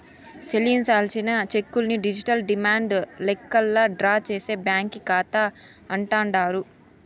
చెల్లించాల్సిన చెక్కుల్ని digital demand లెక్కల్లా డ్రా చేసే బ్యాంకీ కాతా అంటాండారు